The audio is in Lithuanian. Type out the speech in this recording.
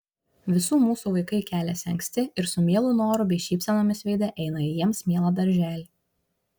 visų mūsų vaikai keliasi anksti ir su mielu noru bei šypsenomis veide eina į jiems mielą darželį